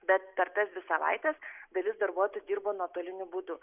bet per tas dvi savaites dalis darbuotojų dirbo nuotoliniu būdu